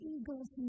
eagles